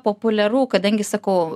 populiaru kadangi sakau